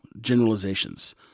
generalizations